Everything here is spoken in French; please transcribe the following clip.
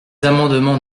amendements